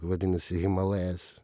vadinasi himalayas